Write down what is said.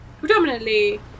predominantly